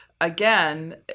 Again